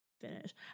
finish